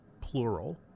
plural